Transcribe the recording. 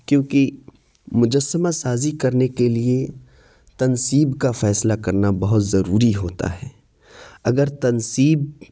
کیونکہ مجسمہ سازی کرنے کے لیے تنصیب کا فیصلہ کرنا بہت ضروری ہوتا ہے اگر تنصیب